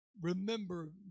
remember